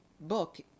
book